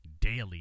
daily